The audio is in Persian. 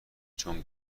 چون